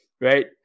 Right